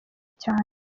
cyane